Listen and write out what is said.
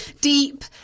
deep